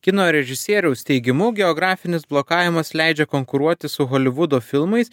kino režisieriaus teigimu geografinis blokavimas leidžia konkuruoti su holivudo filmais